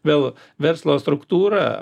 vėl verslo struktūra